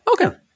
okay